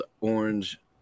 Orange